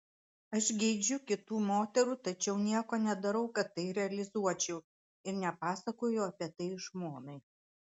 aš geidžiu kitų moterų tačiau nieko nedarau kad tai realizuočiau ir nepasakoju apie tai žmonai